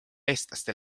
eestlaste